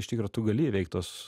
iš tikro tu gali įveikt tuos